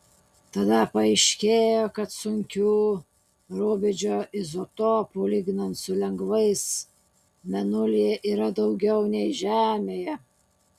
tada paaiškėjo kad sunkių rubidžio izotopų lyginant su lengvais mėnulyje yra daugiau nei žemėje